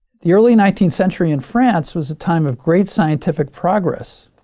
the early nineteenth century in france was a time of great scientific progress.